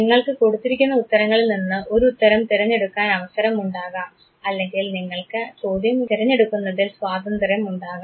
നിങ്ങൾക്ക് കൊടുത്തിരിക്കുന്ന ഉത്തരങ്ങളിൽ നിന്ന് ഒരു ഉത്തരം തിരഞ്ഞെടുക്കാൻ അവസരം ഉണ്ടാകാം അല്ലെങ്കിൽ നിങ്ങൾക്ക് ചോദ്യം തെരഞ്ഞെടുക്കുന്നതിൽ സ്വാതന്ത്ര്യം ഉണ്ടാകാം